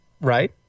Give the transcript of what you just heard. right